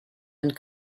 and